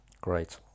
Great